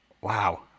Wow